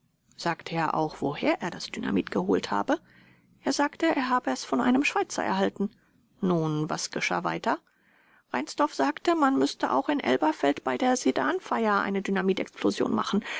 sagte er auch woher er das dynamit geholt habe b er sagte er habe es von einem schweizer erhalten vors nun was geschah weiter b reinsdorf sagte man müßte auch in elberfeld bei der sedanfeier eine dynamitexplosion machen